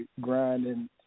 grinding